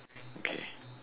okay